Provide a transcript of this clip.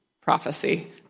prophecy